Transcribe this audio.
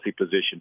position